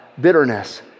bitterness